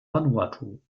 vanuatu